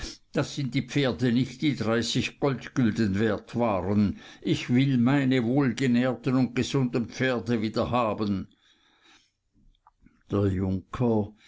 das sind die pferde nicht die dreißig goldgülden wert waren ich will meine wohlgenährten und gesunden pferde wiederhaben der junker